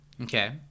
Okay